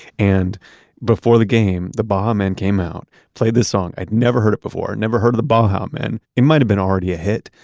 and before the game, the baha men came out, played the song. i'd never heard it before, never heard of the baha um men. it might've been already a hit,